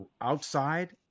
outside